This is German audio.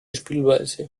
spielweise